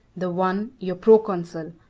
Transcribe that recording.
the one your proconsul,